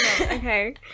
okay